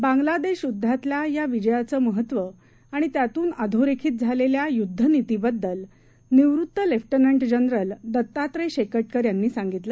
बांगलादेशयुद्धातल्यायाविजयाचंमहत्वआणित्यातूनअधोरेखितझालेल्यायुद्धनीतीबद्दलनिवृत्त लेफ्टनंटजनरलदत्तात्रयशेकटकरयांनीसांगितलं